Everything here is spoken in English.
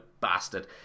bastard